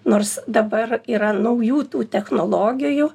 nors dabar yra naujų tų technologijų